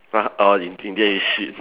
uh orh in the in the end he shit